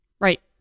Right